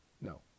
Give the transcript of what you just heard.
no